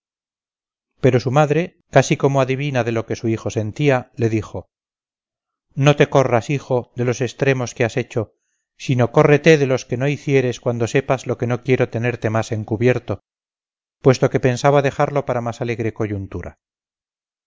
pero su madre casi como adivina de lo que su hijo sentía le dijo no te corras hijo de los estremos que has hecho sino córrete de los que no hicieres cuando sepas lo que no quiero tenerte más encubierto puesto que pensaba dejarlo hasta más alegre coyuntura